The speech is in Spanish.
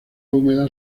húmeda